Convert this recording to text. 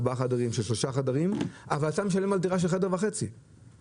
ארבעה חדרים ומשלם על דירה של חדר וחצי בהתחלה.